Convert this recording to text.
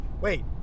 Wait